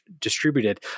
distributed